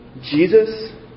Jesus